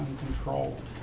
uncontrolled